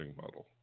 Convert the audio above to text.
model